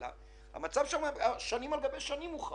הוא מצב חמור כבר שנים על גבי שנים.